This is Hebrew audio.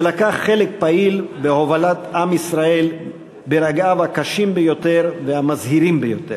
ולקח חלק פעיל בהובלת עם ישראל ברגעיו הקשים ביותר והמזהירים ביותר.